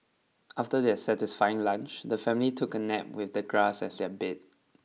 after their satisfying lunch the family took a nap with the grass as their bed